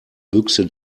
büchse